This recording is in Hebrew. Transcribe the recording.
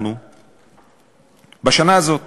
אנחנו בשנה הזאת